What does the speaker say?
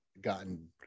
gotten